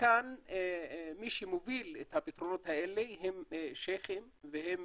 כאן מי שמוביל את הפתרונות האלה הם שייח'ים והם